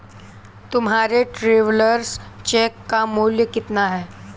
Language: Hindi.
तुम्हारे ट्रैवलर्स चेक का मूल्य कितना है?